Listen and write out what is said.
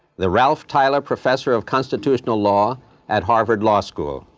the ralph tyler professor of constitutional law at harvard law school.